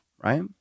right